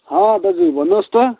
हँ दाजु भन्नुहोस् त